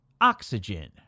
Oxygen